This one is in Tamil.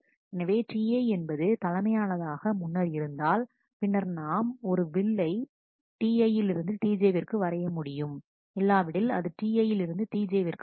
எனவே Ti என்பது தலைமையானதாக முன்னர் இருந்தால் பின்னர் நாம் ஒரு வில்லை Ti யிலிருந்து Tj விற்கு வரைய முடியும் இல்லாவிடில் அது Ti யிலிருந்து Tj விற்கு வரும்